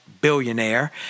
billionaire